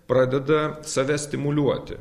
pradeda save stimuliuoti